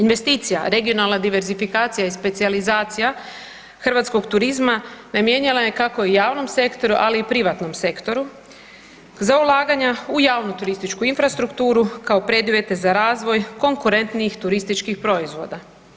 Investicija regionalna diversifikacija i specijalizacija hrvatskog turizma namijenjena je kako javnom sektoru, ali i privatnom sektoru za ulaganja u javnu turističku infrastrukturu kao preduvjete za razvoj konkurentnijih turističkih proizvoda.